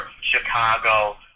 Chicago